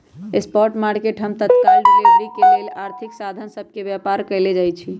spot market हम तत्काल delivery के लेल आर्थिक साधन सभ के व्यापार कयल जाइ छइ